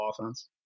offense